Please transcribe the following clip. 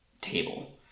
table